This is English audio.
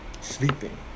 sleeping